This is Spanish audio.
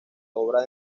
obra